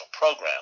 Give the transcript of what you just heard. program